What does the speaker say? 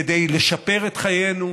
כדי לשפר את חיינו,